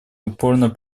упорно